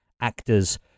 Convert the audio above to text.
actors